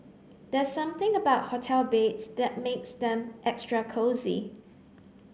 there's something about hotel beds that makes them extra cosy